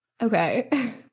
Okay